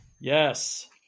Yes